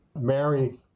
Mary